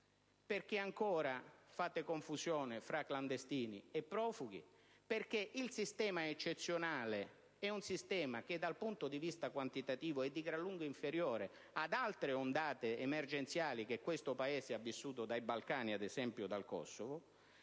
perché ancora fate confusione tra clandestini e profughi e perché il sistema eccezionale è in realtà, dal punto di vista quantitativo, di gran lunga inferiore ad altre ondate migratorie emergenziali che questo Paese ha vissuto, ad esempio dai Balcani